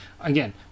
Again